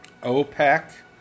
OPEC